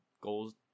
Goals